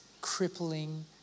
crippling